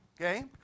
Okay